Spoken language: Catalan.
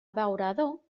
abeurador